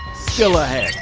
still ahead,